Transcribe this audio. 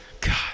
God